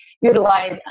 utilize